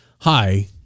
hi